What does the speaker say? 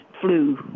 flu